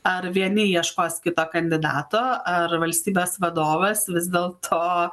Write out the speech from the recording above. ar vieni ieškos kito kandidato ar valstybės vadovas vis dėlto